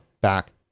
back